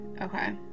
Okay